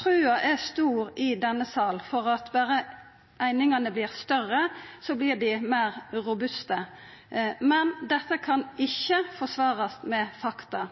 Trua er stor i denne sal på at berre einingane vert større, vert dei meir robuste, men dette kan ikkje forsvarast med fakta.